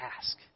ask